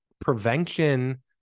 prevention